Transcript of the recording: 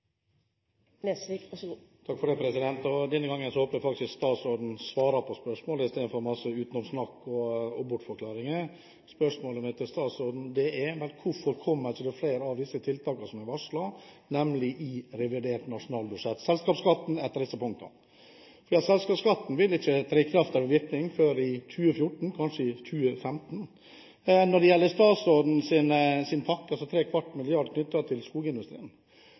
Nesvik – til oppfølgingsspørsmål. Denne gangen håper jeg statsråden svarer på spørsmålet istedenfor å komme med mye utenomsnakk og bortforklaringer. Mitt spørsmål til statsråden er: Hvorfor kommer ikke flere av de tiltakene som er varslet, i revidert nasjonalbudsjett? Selskapsskatten er et av punktene. Men selskapsskatten vil ikke ha noen virkning før i 2014, kanskje i 2015. Når det gjelder statsrådens pakke på ¾ mrd. kr til skogindustrien,